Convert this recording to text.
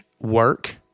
work